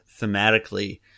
thematically